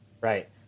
Right